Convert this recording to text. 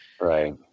Right